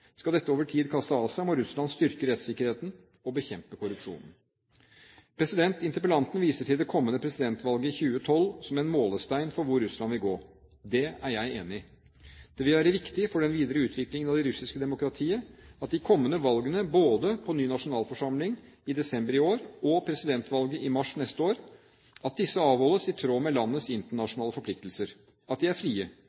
Skal dette over tid kaste av seg, må Russland styrke rettssikkerheten og bekjempe korrupsjonen. Interpellanten viser til det kommende presidentvalget i 2012 som en målestein for hvor Russland vil gå. Det er jeg enig i. Det vil være viktig for den videre utviklingen av det russiske demokratiet at de kommende valgene både på ny nasjonalforsamling i desember i år og presidentvalget i mars neste år avholdes i tråd med landets